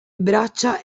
braccia